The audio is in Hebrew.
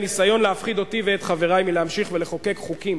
הניסיון להפחיד אותי ואת חברי מלהמשיך לחוקק חוקים